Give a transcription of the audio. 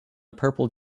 purple